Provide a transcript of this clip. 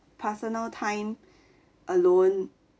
personal time alone